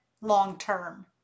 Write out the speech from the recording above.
long-term